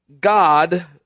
God